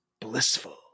blissful